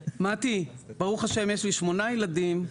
מטי, ברוך השם יש לי שמונה ילדים,